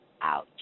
ouch